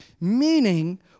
Meaning